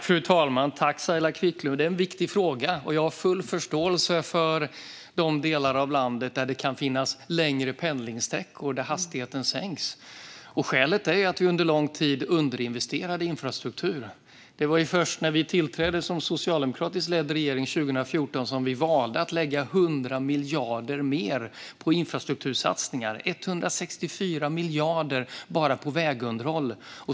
Fru talman! Tack, Saila Quicklund, för en viktig fråga! Jag har full förståelse för de delar av landet där det kan finnas längre pendlingssträckor som får sänkt hastighet. Skälet är att vi under lång tid har underinvesterat i infrastruktur. Det var först när vi tillträdde och det blev en socialdemokratiskt ledd regering 2014 som vi kunde välja att lägga 100 miljarder mer på infrastruktursatsningar - 164 miljarder bara på vägunderhåll.